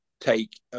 take